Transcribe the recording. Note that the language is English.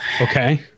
Okay